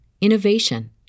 innovation